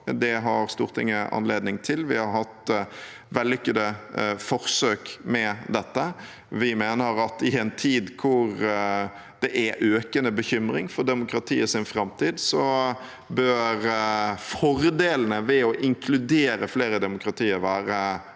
Det har Stortinget anledning til. Vi har hatt vellykkede forsøk med dette. Vi mener at i en tid hvor det er økende bekymring for demokratiets framtid, bør fordelene ved å inkludere flere i demokratiet være langt